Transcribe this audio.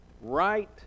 Right